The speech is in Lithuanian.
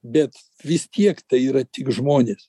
bet vis tiek tai yra tik žmonės